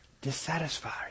dissatisfied